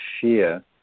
fear